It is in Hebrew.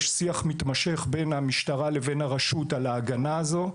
יש שיח מתמשך בין המשטרה לבין הרשות על ההגנה הזו.